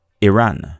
Iran